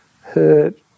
hurt